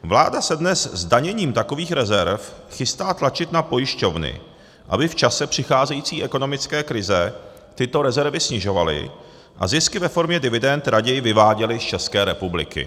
Vláda se dnes zdaněním takových rezerv chystá tlačit na pojišťovny, aby v čase přicházející ekonomické krize tyto rezervy snižovaly a zisky ve formě dividend raději vyváděly z České republiky.